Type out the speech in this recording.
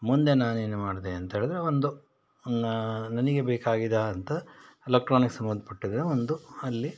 ಮುಂದೆ ನಾನು ಏನು ಮಾಡಿದೆ ಅಂತ ಹೇಳಿದ್ರೆ ಒಂದು ನಾನು ನನಗೆ ಬೇಕಾಗಿದ್ದ ಅಂಥ ಎಲೆಕ್ಟ್ರಾನಿಕ್ಸ್ ಸಂಬಂಧಪಟ್ಟಿದ ಒಂದು ಅಲ್ಲಿ